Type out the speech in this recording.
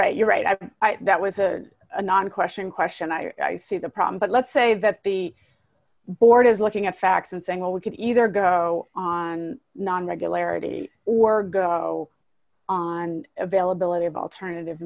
right you're right i think that was a question question i see the problem but let's say that the board is looking at facts and saying well we can either go on regularity or go on availability of alternative